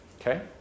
Okay